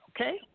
okay